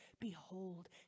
Behold